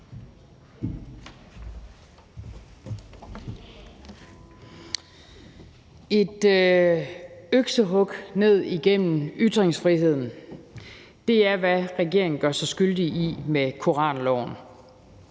Et øksehug ned igennem ytringsfriheden er, hvad regeringen gør sig skyldig i med koranloven.